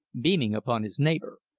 beaming upon his neighbour,